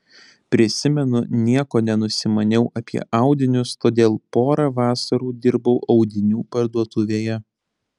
prisimenu nieko nenusimaniau apie audinius todėl porą vasarų dirbau audinių parduotuvėje